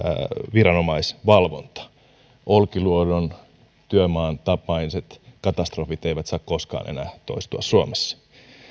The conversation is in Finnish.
viranomaisvalvonta olkiluodon työmaan tapaiset katastrofit eivät saa koskaan enää toistua suomessa